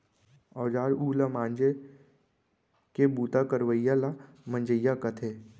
औजार उव ल मांजे के बूता करवइया ल मंजइया कथें